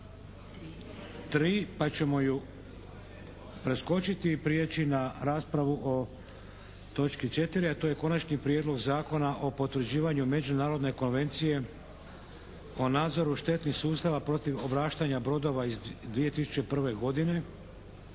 3. pa ćemo ju preskočiti i prijeći na raspravu o točki 4., a to je - Konačni prijedlog Zakona o potvrđivanju međunarodne Konvencije o nadzoru štetnih sustava protiv obraštanja brodova iz 2001. godine,